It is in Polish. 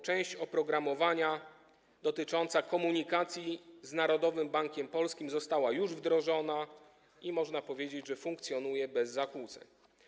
Część oprogramowania dotycząca komunikacji z Narodowym Bankiem Polskim została już wdrożona i można powiedzieć, że funkcjonuje bez zakłóceń.